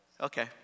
Okay